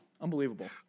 unbelievable